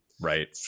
right